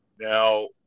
Now